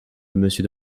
monsieur